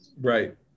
Right